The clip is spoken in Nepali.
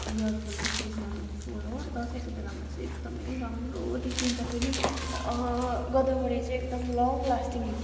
यो फुल चाहिँ सिजनल फुल हो दसैँको बोलामा चाहिँ एकदमै राम्रो देखिन्छ फेरी गोदावरी चाहिँ एकदम लङ लास्टिङ